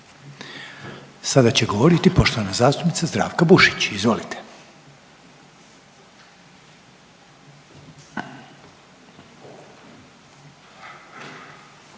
Sada će govoriti poštovana zastupnica Zdravka Bušić, izvolite.